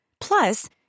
Plus